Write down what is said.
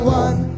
one